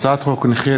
הצעת החוק התקבלה,